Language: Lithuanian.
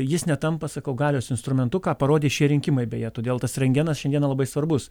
jis netampa sakau galios instrumentu ką parodė šie rinkimai beje todėl tas rentgenas šiandieną labai svarbus